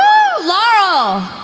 laurel!